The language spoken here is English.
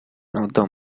another